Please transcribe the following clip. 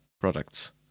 products